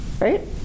right